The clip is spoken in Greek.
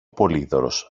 πολύδωρος